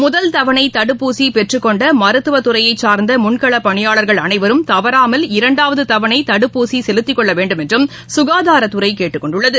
முதல் தவணை தடுப்பூசி பெற்றுக் கொண்ட மருத்துவத் துறையைச் சார்ந்த முன்களப் பணியாளர்கள் அனைவரும் தவறாமல் இரண்டாவது தவனை தடுப்பூசி செலுத்திக் கொள்ள வேண்டுமென்றும் சுகாதாரத்துறை கேட்டுக் கொண்டுள்ளது